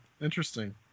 Interesting